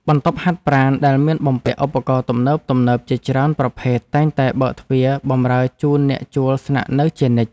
បន្ទប់ហាត់ប្រាណដែលមានបំពាក់ឧបករណ៍ទំនើបៗជាច្រើនប្រភេទតែងតែបើកទ្វារបម្រើជូនអ្នកជួលស្នាក់នៅជានិច្ច។